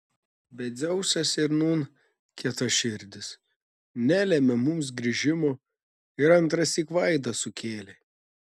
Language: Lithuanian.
bet dzeusas ir nūn kietaširdis nelėmė mums grįžimo ir antrąsyk vaidą sukėlė